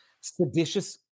seditious